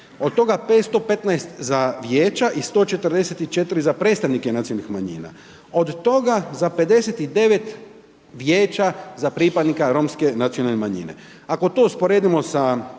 od tog 515 za vijeća i 144 za predstavnike nacionalnih manjina. Od toga za 59 vijeća za pripadnike romske nacionalne manjine, ako to usporedimo sa